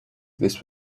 this